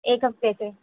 ایک ہفتے سے